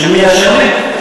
שמי ישעה?